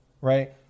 right